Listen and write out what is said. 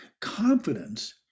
confidence